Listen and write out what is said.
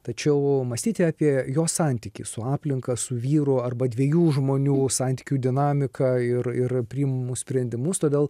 tačiau mąstyti apie jos santykį su aplinka su vyru arba dviejų žmonių santykių dinamiką ir ir priimamus sprendimus todėl